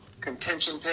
contention